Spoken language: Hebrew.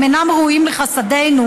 והם אינם ראויים לחסדינו,